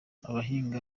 abahinga